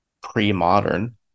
pre-modern